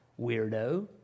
weirdo